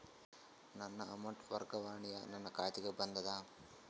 ನನ್ನ ಅಮೌಂಟ್ ವರ್ಗಾವಣೆಯು ನನ್ನ ಖಾತೆಗೆ ಬಂದದ